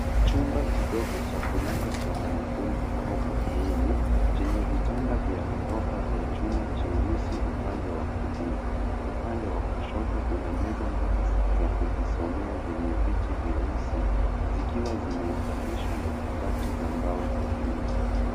Chumba kidogo cha kulala cha wanafunzi au mabweni chenye vitanda vya ghorofa vya chuma cheusi upande wa kulia upande wa kushoto kuna meza mbili za kujisomea yenye viti vyeusi zikiwa zimeunganishwa na kabati za mbao za juu.